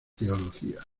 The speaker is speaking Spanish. teología